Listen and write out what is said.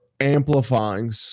amplifying